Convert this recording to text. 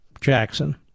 Jackson